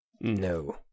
No